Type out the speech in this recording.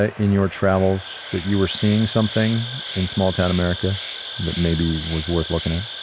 ah in your travels, that you were seeing something in small town america that maybe was worth looking at?